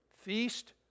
Feast